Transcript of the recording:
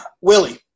Willie